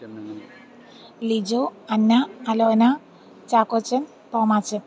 Lijo Anna Alona Chackochan Thomachan